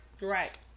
Right